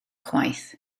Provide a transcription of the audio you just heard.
chwaith